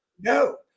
No